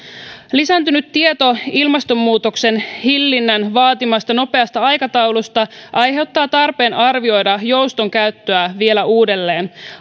lisääntynyt tieto ilmastonmuutoksen hillinnän vaatimasta nopeasta aikataulusta aiheuttaa tarpeen arvioida jouston käyttöä vielä uudelleen